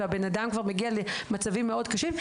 והבן אדם כבר מגיע למצבים מאוד קשים.